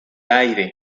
aire